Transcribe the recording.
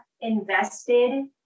invested